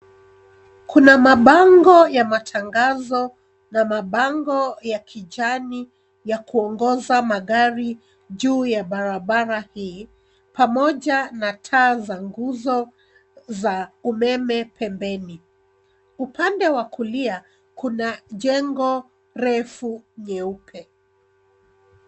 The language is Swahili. Kuna mabango ya matangazo na mabango ya kijani ya kuongoza magari juu ya barabara hii pamoja na taa za nguzo za umeme pembeni. Upande wa kulia kuna jengo refu nyeupe.